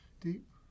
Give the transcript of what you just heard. Deep